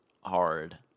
hard